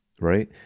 right